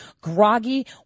groggy